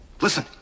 Listen